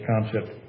concept